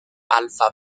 alfa